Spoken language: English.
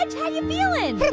ah how you feeling?